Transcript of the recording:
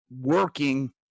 working